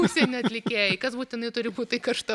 užsienio atlikėjai kas būtinai turi būt tai karšta